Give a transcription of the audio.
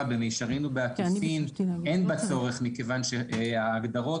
"במישרין ובעקיפין" אין בה צורך מכיוון שההגדרות